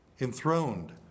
enthroned